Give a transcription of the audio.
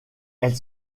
elle